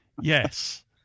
yes